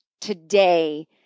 today